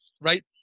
right